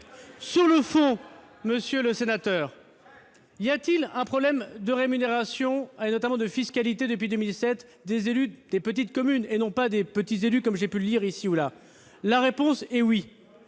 Sur le fond, monsieur le sénateur, y a-t-il un problème de rémunération, notamment de fiscalité depuis 2007, concernant les élus des petites communes- et non pas des « petits élus » comme j'ai pu le lire ici ou là ? La réponse est oui.